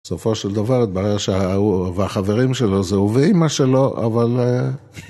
בסופו של דבר, התברר שהוא והחברים שלו זה הוא ואימא שלו, אבל...